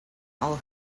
all